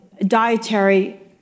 dietary